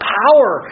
power